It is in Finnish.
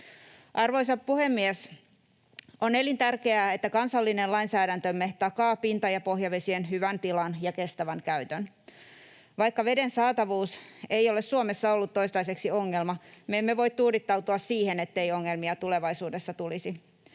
Arvoisa puhemies! On elintärkeää, että kansallinen lainsäädäntömme takaa pinta- ja pohjavesien hyvän tilan ja kestävän käytön. Vaikka veden saatavuus ei ole Suomessa ollut toistaiseksi ongelma, me emme voi tuudittautua siihen, ettei ongelmia tulevaisuudessa tulisi.